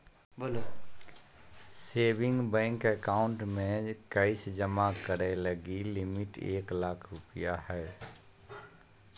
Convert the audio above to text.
saving bank account में cash जमा करे लगी लिमिट एक लाख रु हइ